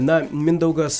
na mindaugas